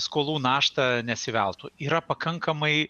skolų naštą nesiveltų yra pakankamai